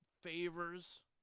favors